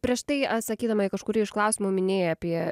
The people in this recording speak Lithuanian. prieš tai atsakydama į kažkurį iš klausimų minėjai apie